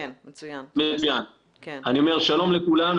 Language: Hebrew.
שלום לכולם.